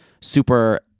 super